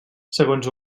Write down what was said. segons